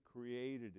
created